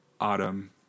autumn